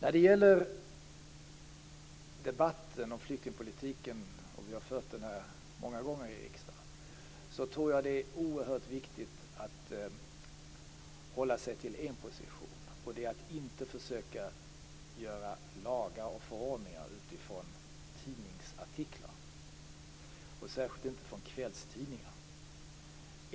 Vi har fört debatten om flyktingpolitiken många gånger i riksdagen. Där tror jag att det är oerhört viktigt att hålla sig till en position, nämligen att inte försöka göra lagar och förordningar utifrån tidningsartiklar och särskilt inte de i kvällstidningarna.